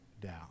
down